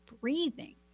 breathing